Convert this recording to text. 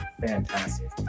fantastic